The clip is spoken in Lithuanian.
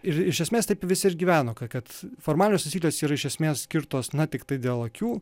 ir iš esmės taip visi ir gyveno ka kad formalios taisyklės yra iš esmės skirtos na tiktai dėl akių